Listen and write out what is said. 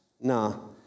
No